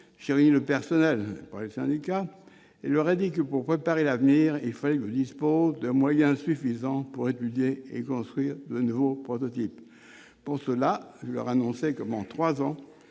J'ai réuni le personnel- et pas les syndicats -et lui ai dit que, pour préparer l'avenir, il fallait que je dispose de moyens suffisants pour étudier et construire de nouveaux prototypes. Dans cette perspective, je leur ai